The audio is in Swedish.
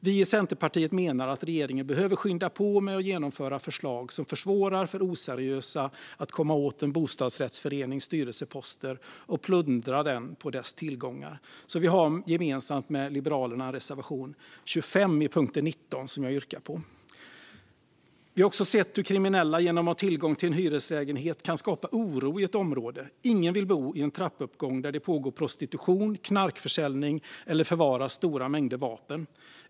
Vi i Centerpartiet menar att regeringen behöver skynda på med att genomföra förslag som försvårar för oseriösa att komma åt en bostadsrättsförenings styrelseposter och plundra den på dess tillgångar. Vi har gemensamt med Liberalerna en reservation, nummer 25 under punkt 19, som jag yrkar bifall till. Vi har också sett hur kriminella, genom att ha tillgång till en hyreslägenhet, kan skapa oro i ett område. Ingen vill bo i en trappuppgång där det pågår prostitution, knarkförsäljning eller förvaras stora mängder vapen.